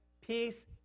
Peace